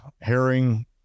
herring